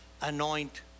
anoint